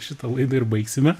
šitą laidą ir baigsime